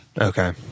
Okay